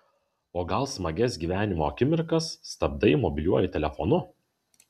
o gal smagias gyvenimo akimirkas stabdai mobiliuoju telefonu